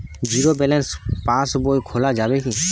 Zero balance পাশ বই খোলা যাবে কি?